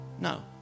no